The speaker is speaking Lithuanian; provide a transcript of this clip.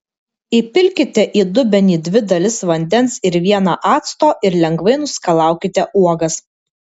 įpilkite į dubenį dvi dalis vandens ir vieną acto ir lengvai nuskalaukite uogas